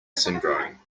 syndrome